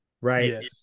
right